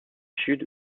sud